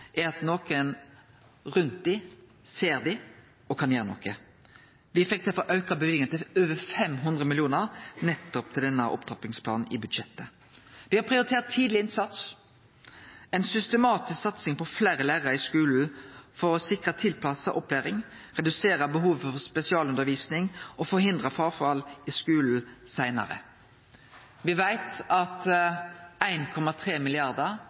er at nokon rundt dei ser dei og kan gjere noko. Me fekk derfor auka løyvingane i budsjettet til over 500 mill. kr til denne opptrappingsplanen. Me har prioritert tidleg innsats og ei systematisk satsing på fleire lærarar i skulen for å sikre tilpassa opplæring, redusere behovet for spesialundervisning og forhindre fråfall i skulen